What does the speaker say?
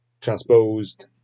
transposed